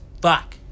fuck